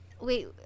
wait